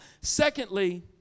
Secondly